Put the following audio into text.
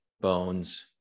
bones